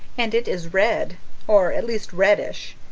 and it is red or at least reddish!